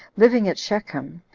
living at shechem,